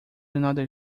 another